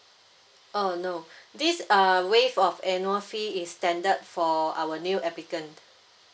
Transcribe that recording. uh no this err waived off annual fee is standard for our new applicant